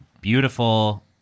Beautiful